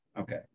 Okay